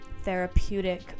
therapeutic